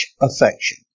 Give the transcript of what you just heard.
affection